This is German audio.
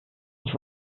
ich